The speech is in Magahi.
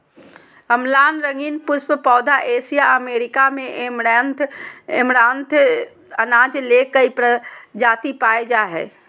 अम्लान रंगीन पुष्प पौधा एशिया अमेरिका में ऐमारैंथ अनाज ले कई प्रजाति पाय जा हइ